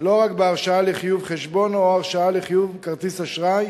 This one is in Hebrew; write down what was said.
לא רק בהרשאה לחיוב חשבון או הרשאה לחיוב כרטיס אשראי